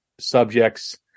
subjects